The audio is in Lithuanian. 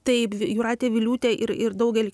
taip jūratė vyliūtė ir ir daugelį